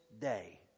day